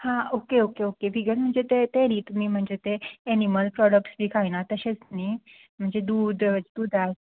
हां okay okay okay vegan म्हणजे ते ते न्ही तुमी म्हणजे ते एनिमल प्रोडक्ट्स बी खायनात तशेंच न्ही म्हणजे दूद दूदा